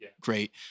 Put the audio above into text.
great